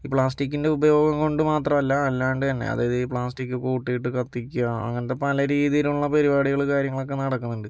ഈ പ്ളാസ്റ്റിക്കിൻ്റെ ഉപയോഗം കൊണ്ട് മാത്രല്ല അല്ലാണ്ട് തന്നെ അതായത് പ്ലാസ്റ്റിക്ക് കൂട്ടിയിട്ട് കത്തിക്കുക അങ്ങനത്തെ നല്ല രീതിലുള്ള പരിപാടികള് കാര്യങ്ങളൊക്കെ നടക്കുന്നുണ്ട്